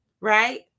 right